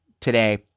today